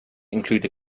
include